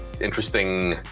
interesting